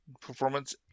performance